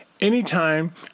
anytime